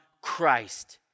Christ